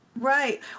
Right